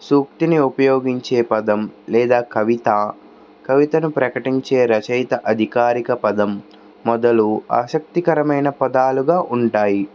సూక్తిని ఉపయోగించే పదం లేదా కవిత కవితను ప్రకటించే రచయిత అధికారిక పదం మొదలు ఆసక్తికరమైన పదాలుగా ఉంటాయి